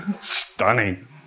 Stunning